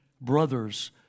brothers